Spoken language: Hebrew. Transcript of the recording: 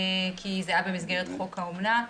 כי זה היה במסגרת חוק האומנה,